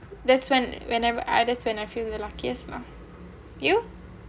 that's when whenever ah that's when I feel the luckiest lah you